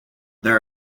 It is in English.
there